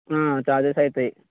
charges అవుతాయి